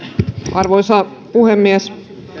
arvoisa puhemies